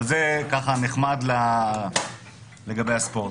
זה נחמד לגבי הספורט.